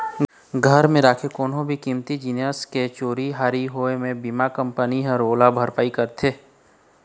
घर म राखे कोनो भी कीमती जिनिस के चोरी हारी होए म बीमा कंपनी ह ओला भरपाई करथे